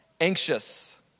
anxious